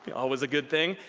always a good thing,